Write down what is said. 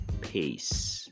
Peace